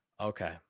Okay